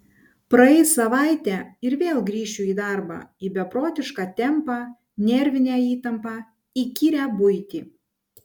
praeis savaitė ir vėl grįšiu į darbą į beprotišką tempą nervinę įtampą įkyrią buitį